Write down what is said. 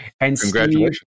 congratulations